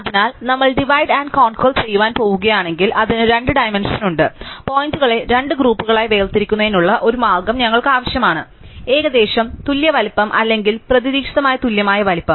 അതിനാൽ നമ്മൾ divide and conquer ചെയുവാൻ പോകുകയാണെങ്കിൽ അതിന് രണ്ട് ഡൈമെൻഷൻ ഉണ്ട് പോയിന്റുകളെ രണ്ട് ഗ്രൂപ്പുകളായി വേർതിരിക്കുന്നതിനുള്ള ഒരു മാർഗ്ഗം ഞങ്ങൾക്ക് ആവശ്യമാണ് ഏകദേശം തുല്യ വലുപ്പം അല്ലെങ്കിൽ പ്രതീക്ഷിതമായി തുല്യമായ വലിപ്പം